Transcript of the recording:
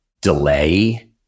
delay